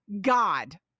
God